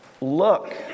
look